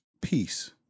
peace